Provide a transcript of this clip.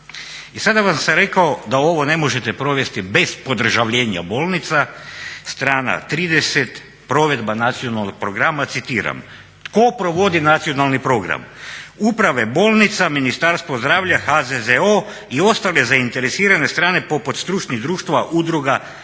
I sada sam vam rekao da ovo ne možete provesti bez podržavljenja bolnica, strana 30. provedba nacionalnog programa, citiram: "Tko provodi nacionalni program? Uprave bolnica, Ministarstvo zdravlja, HZZO i ostale zainteresirane strane poput stručnih društava, udruga,